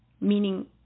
meaning